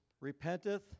repenteth